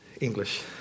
English